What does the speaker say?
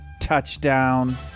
touchdown